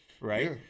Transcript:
Right